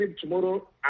tomorrow